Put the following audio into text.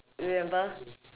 remember